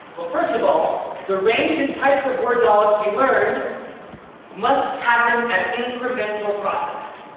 well, first of all, the range and types of word knowledge to be learned must happen at incremental process.